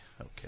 Okay